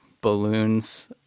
balloons